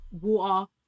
water